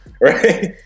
right